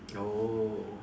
oh